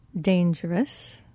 dangerous